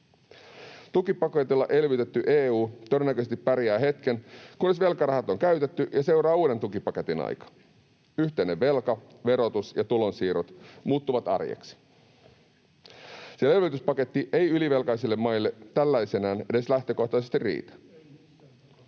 Tukipaketilla elvytetty EU todennäköisesti pärjää hetken, kunnes velkarahat on käytetty ja seuraa uuden tukipaketin aika. Yhteinen velka, verotus ja tulonsiirrot muuttuvat arjeksi, sillä elvytyspaketti ei ylivelkaisille maille tällaisenaan edes lähtökohtaisesti riitä.